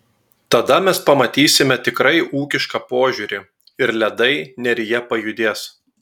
tada mes pamatysime tikrai ūkišką požiūrį ir ledai neryje pajudės